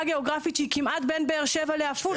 גיאוגרפית שהיא כמעט בין באר שבע לעפולה.